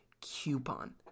coupon